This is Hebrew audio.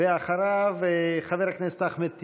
אחריו, חבר הכנסת אחמד טיבי.